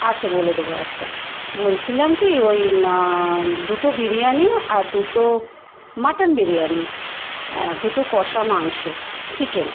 আচ্ছা বলে দেব আচ্ছা বলছিলাম কী ওই দুটো বিরিয়ানি আর দুটো মাটন বিরিয়ানি দুটো কষা মাংস চিকেন